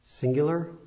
Singular